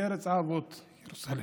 לארץ האבות ירוסלם.